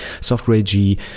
SoftwareG